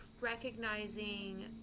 recognizing